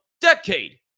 decade